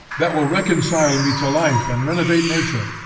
that will reconcile me to life and renovate nature,